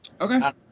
Okay